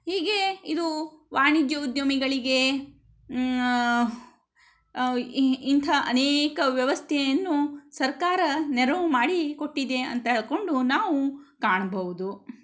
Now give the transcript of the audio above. ಹೀಗೆ ಇದು ವಾಣಿಜ್ಯ ಉದ್ಯಮಿಗಳಿಗೆ ಇಂಥಾ ಅನೇಕ ವ್ಯವಸ್ಥೆಯನ್ನು ಸರ್ಕಾರ ನೆರವು ಮಾಡಿ ಕೊಟ್ಟಿದೆ ಅಂತ ಹೇಳ್ಕೊಂಡು ನಾವು ಕಾಣಬಹುದು